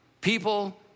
people